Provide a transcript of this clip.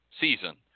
season